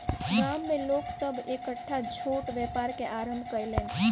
गाम में लोक सभ एकटा छोट व्यापार के आरम्भ कयलैन